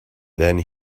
then